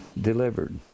delivered